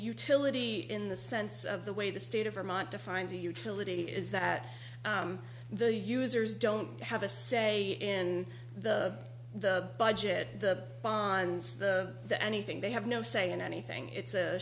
utility in the sense of the way the state of vermont defines a utility is that the users don't have a say in the the budget the bonds the the anything they have no say in anything it's